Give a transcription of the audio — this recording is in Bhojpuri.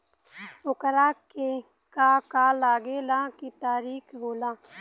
ओकरा के का का लागे ला का तरीका होला?